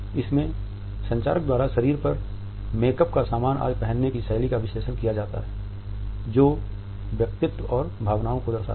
इसमें संचारक द्वारा शरीर पर मेकअप का सामान आदि पहनने की शैली का विश्लेषण किया जाता है जो व्यक्तित्व और भावनाओं को दर्शाता है